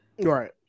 right